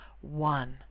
one